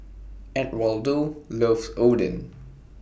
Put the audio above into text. Edwardo loves Oden